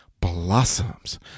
blossoms